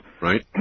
Right